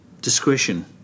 discretion